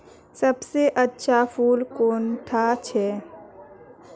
सबसे अच्छा फुल कुंडा छै?